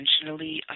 intentionally